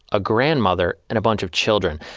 a grandmother, and a bunch of children.